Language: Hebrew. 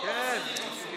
לא מחזירים אותו.